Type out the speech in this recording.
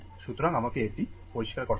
সুতরাং আমাকে এটি পরিষ্কার করতে দিন